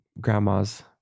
grandma's